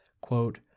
Quote